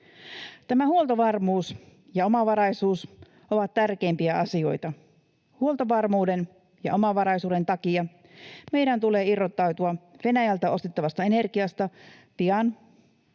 Huoltovarmuus ja omavaraisuus ovat tärkeimpiä asioita. Huoltovarmuuden ja omavaraisuuden takia meidän tulee irrottautua Venäjältä ostettavasta energiasta pian,